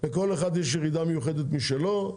לכל אחד יש ירידה מיוחדת משלו,